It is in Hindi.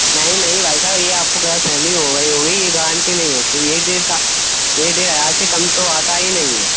नहीं नहीं भाई साहब ये आपको ग़लतफ़हमी हो गई होगी ये गारेन्टी नहीं होती यही डेढ़ साल एक डेढ़ हज़ार से कम तो आता ही नहीं है